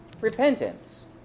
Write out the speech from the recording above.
repentance